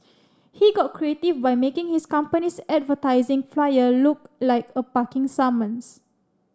he got creative by making his company's advertising flyer look like a parking summons